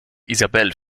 isabel